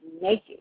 naked